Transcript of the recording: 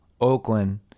Oakland